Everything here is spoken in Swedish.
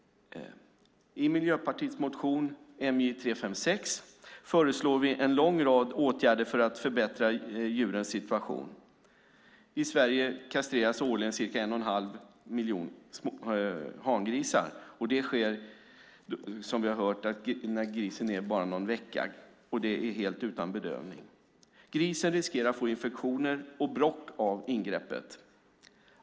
I Miljöpartiets motion MJ356 föreslår vi en lång rad åtgärder för att förbättra djurens situation. I Sverige kastreras årligen cirka en och en halv miljon hangrisar. Det sker som vi hört när grisen är bara någon vecka och helt utan bedövning. Grisen riskerar att få infektioner och bråck av ingreppet.